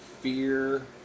fear